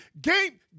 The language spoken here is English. game